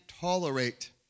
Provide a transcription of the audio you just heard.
tolerate